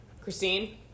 Christine